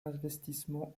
investissement